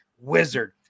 Wizard